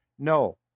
no